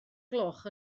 gloch